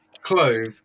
clove